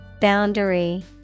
Boundary